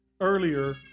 earlier